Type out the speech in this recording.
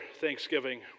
thanksgiving